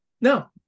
No